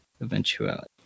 eventuality